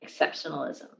exceptionalism